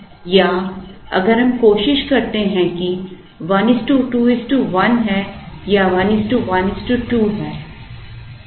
या अगर हम कोशिश करते हैं कि 1 2 1 है या 1 1 2 है